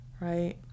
right